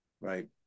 Right